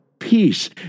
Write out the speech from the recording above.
peace